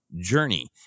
journey